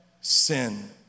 sin